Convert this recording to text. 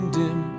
dim